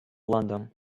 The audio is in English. london